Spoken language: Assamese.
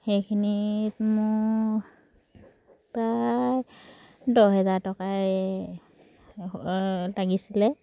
সেইখিনিত মোৰ প্ৰায় দহ হেজাৰ টকাই লাগিছিলে